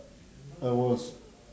I was